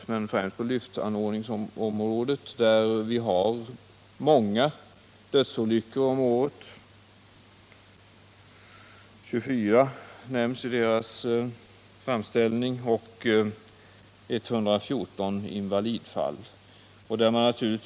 Där har det förekommit många dödsolyckor årligen. 24 dödsolyckor och 114 invalidfall nämns i Metalls framställning.